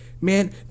man